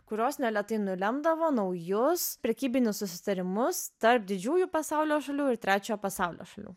kurios neletai nulemdavo naujus prekybinius susitarimus tarp didžiųjų pasaulio šalių ir trečiojo pasaulio šalių